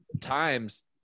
times